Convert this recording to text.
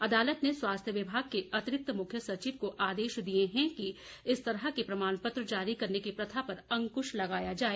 अदालत ने स्वास्थ्य विभाग के अतिरिक्त मुख्य सचिव को आदेश दिए हैं कि इस तरह के प्रमाण पत्र जारी करने की प्रथा पर अंकुश लगाया जाए